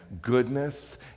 goodness